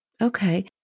Okay